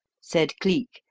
said cleek,